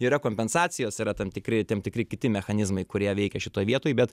yra kompensacijos yra tam tikri tam tikri kiti mechanizmai kurie veikia šitoj vietoj bet